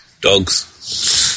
Dogs